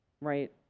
Right